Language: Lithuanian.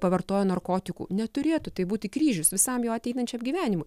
pavartojo narkotikų neturėtų tai būti kryžius visam jo ateinančiam gyvenimui